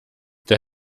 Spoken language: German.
der